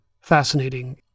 fascinating